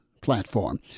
platform